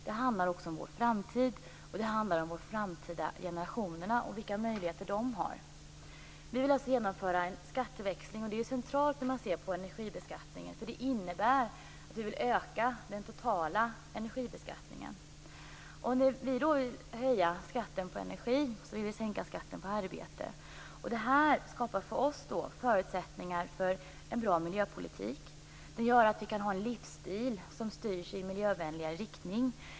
Det handlar också om vår framtid, och det handlar om de framtida generationerna och vilka möjligheter de kommer att ha. Vi vill alltså genomföra en skatteväxling. Det är centralt, när man ser på energibeskattningen, därför att det innebär att vi vill öka den totala energibeskattningen. När vi vill höja skatten på energi vill vi sänka skatten på arbete. Det här skapar förutsättningar för en bra miljöpolitik. Det gör att vi kan ha en livsstil som styrs i miljövänligare riktning.